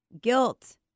Guilt